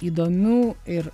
įdomių ir